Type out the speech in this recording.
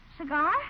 Cigar